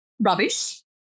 rubbish